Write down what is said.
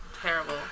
Terrible